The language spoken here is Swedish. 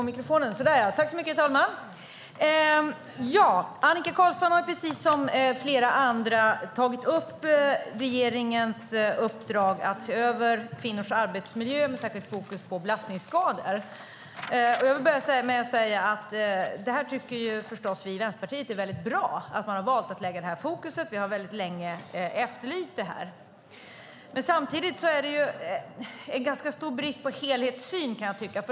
Herr talman! Annika Qarlsson har precis som flera andra tagit upp regeringens uppdrag att se över kvinnors arbetsmiljö med särskilt fokus på belastningsskador. Jag vill börja med att säga att vi i Vänsterpartiet förstås tycker att det är väldigt bra att man har valt att lägga fokus på detta. Vi har länge efterlyst det. Samtidigt är det en ganska stor brist på helhetssyn, kan jag tycka.